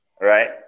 Right